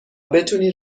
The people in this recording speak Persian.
بتونی